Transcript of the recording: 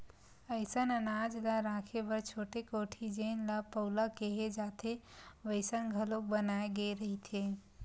असइन अनाज ल राखे बर छोटे कोठी जेन ल पउला केहे जाथे वइसन घलोक बनाए गे रहिथे